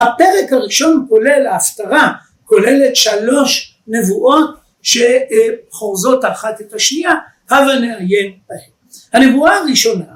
הפרק הראשון כולל ההפטרה, כוללת שלוש נבואות שחורזות אחת את השנייה, הווה נעיין בהן. הנבואה הראשונה,